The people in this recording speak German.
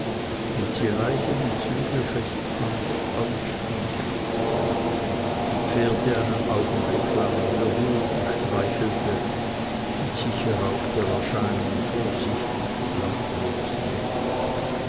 und sie leise die zügel festband ausstieg die pferde einen augenblick beruhigend streichelte und sich hierauf der erscheinung vorsichtig lautlos näherte